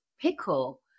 pickle